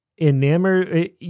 enamored